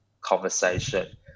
conversation